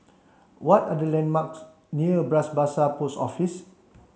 what are the landmarks near Bras Basah Post Office